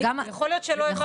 יכול להיות שלא הבנתי.